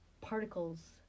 particles